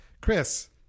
Chris